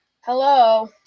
Hello